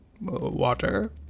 Water